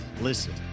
Listen